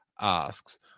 Asks